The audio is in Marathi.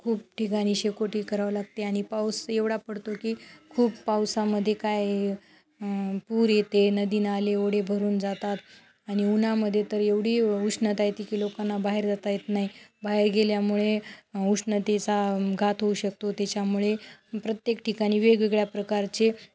खूप ठिकाणी शेकोटी करावं लागते आणि पाऊस एवढा पडतो की खूप पावसामध्ये काय आहे पूर येते नदी नाले ओढे भरून जातात आणि उन्हामध्ये तर एवढी व उष्णता आहे की लोकांना बाहेर जाता येत नाही बाहेर गेल्यामुळे उष्णतेचा घात होऊ शकतो त्याच्यामुळे प्रत्येक ठिकाणी वेगवेगळ्या प्रकारचे